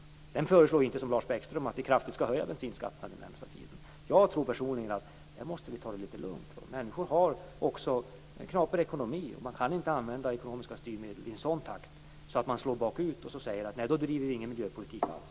Den föreslår inte som Lars Bäckström att vi skall höja bensinskatten kraftigt den närmaste tiden. Jag tror personligen att vi måste ta det litet lugnt. Människor har också knaper ekonomi. Man kan inte använda ekonomiska styrmedel i en sådan takt att de slår bakut och säger: Nej, då bedriver vi ingen miljöpolitik alls.